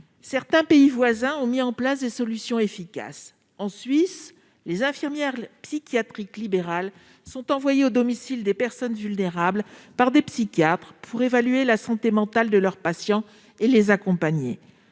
Certains pays voisins ont mis en place des solutions efficaces. En Suisse, des infirmières psychiatriques libérales sont envoyées au domicile des personnes vulnérables par des psychiatres pour évaluer la santé mentale de leurs patients et les accompagner.